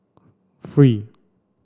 three